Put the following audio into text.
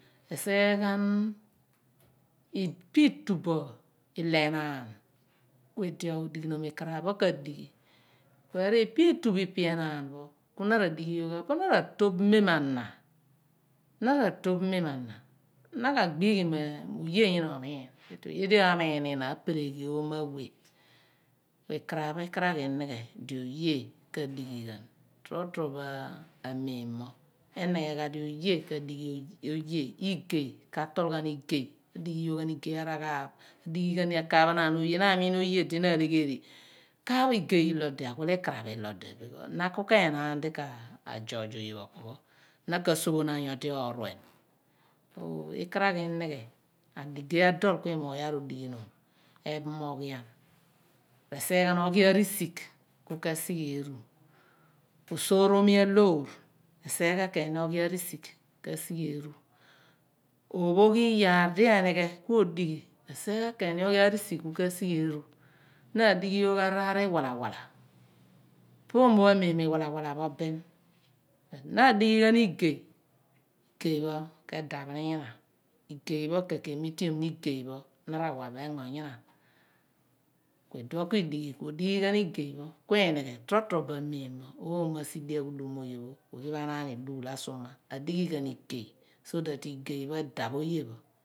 Re sighe ghan ipe i/tu bo ilo k enaan ku edi odighinom ikaraph pho ka dighi kueri ipe itu bo ilo kenaan pho ku na ra dighi yogh ghan po na ratoph mem ona na ra toph mem ana na kagbii ghi mo oye ina omiin but oye di amiin ina apeleghi oomo awe ku ikar aph i/karaghi imgho di oye oye ka di ghi ghan di oye ka didighi yoyh oghan igey arararaar adighi ghan akan phanaan oye na amim oye di na alegheri kaaph igey ilo odi awile ikaraph ilo odi because na ku kenaan di ka judge oye pho opu pho na ka sophonaan nyodi ooruen bu ikaraghi i nigh adigey adol ku ikaraghi inigh adigey adol ku iimoogh maar odeghinom epho moghian resighe ghan oghiarisigh ku ke sighe eeru oosoromi aloor resighe ghan ken oghi arisigh ku ke eru ophogh oyaar di enighe ku osighe ooru resighe ghan ken oghia risigh ku ke sighe eeru na adughi yogh ghan raar iwalawala po oomo pho amem mo iwalawala po oomo pho amen mo iwalawala po oomo pho amem mo iwalawala pho bin na adighi ghan igey pho kemitteen ken igey pho na ra wa bo engo nyina ku uduon ku udighi ku odighi ghan igey pho ku inighi ku odighi ghan igey pho ku inighe totrobo amen mo oomo asidio aghudum oye pho oye ma ana ani dughul asama adughi ghan igey so that igey pho oye pho.